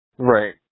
Right